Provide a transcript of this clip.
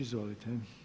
Izvolite.